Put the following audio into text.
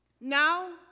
Now